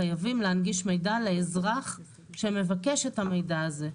חייבים להנגיש מידע לאזרח כשמבקש את המידע הזה,